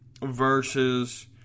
versus